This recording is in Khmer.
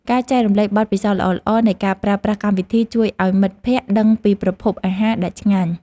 ការចែករំលែកបទពិសោធន៍ល្អៗនៃការប្រើប្រាស់កម្មវិធីជួយឱ្យមិត្តភក្តិដឹងពីប្រភពអាហារដែលឆ្ងាញ់។